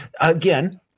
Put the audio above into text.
Again